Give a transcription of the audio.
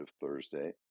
Thursday